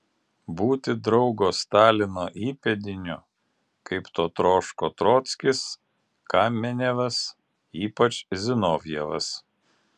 būti draugo stalino įpėdiniu kaip to troško trockis kamenevas ypač zinovjevas